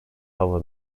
hava